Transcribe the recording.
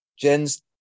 jen's